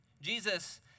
Jesus